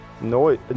No